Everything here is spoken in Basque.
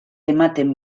ematen